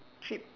trip